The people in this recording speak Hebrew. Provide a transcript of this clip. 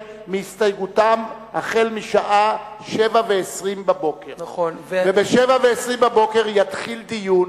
מהסתייגותם משעה 07:20. ב-07:20 יתחיל דיון